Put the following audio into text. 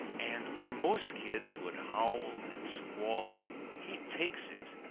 and, where most kids would howl and squall, he takes it,